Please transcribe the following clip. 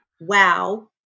wow